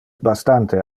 bastante